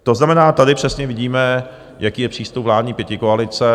To znamená, tady přesně vidíme, jaký je přístup vládní pětikoalice.